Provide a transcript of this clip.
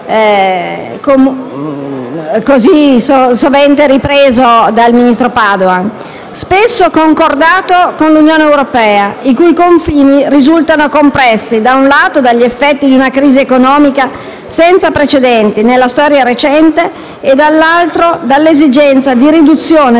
così soventemente ripresa dal ministro Padoan - spesso concordato con l'Unione europea, i cui confini risultano compressi - da un lato - dagli effetti di una crisi economica senza precedenti nella storia recente e - dall'altro - dall'esigenza di riduzione